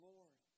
Lord